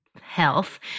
health